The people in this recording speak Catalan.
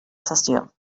sessió